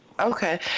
Okay